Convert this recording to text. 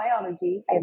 biology